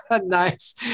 Nice